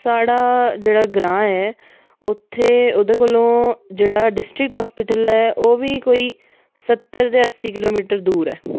साढ़ा जेह्ड़ा ग्रां ऐ उत्थै ओह्दे कोला जेह्ड़ा डिस्ट्रिक हास्पिटल ऐ ओह् बी कोई स्हत्तर ते अस्सी किलोमिटर दूर ऐ